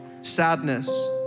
sadness